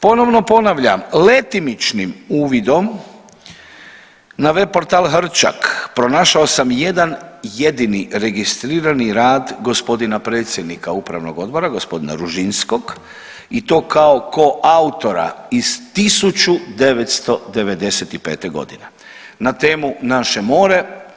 Ponovno ponavljam, letimičnim uvidom na web portal Hrčak pronašao sam jedan jedini registrirani rad gospodina predsjednika upravnog odbora g. Ružinskog i to kao koautora iz 1995.g. na temu „Naše more“